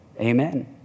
Amen